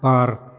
बार